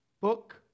book